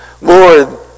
Lord